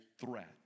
threat